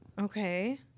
Okay